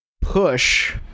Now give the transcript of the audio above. push